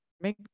make